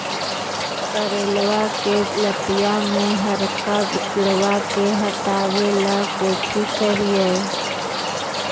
करेलबा के लतिया में हरका किड़बा के हटाबेला कोची करिए?